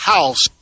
House